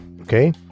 Okay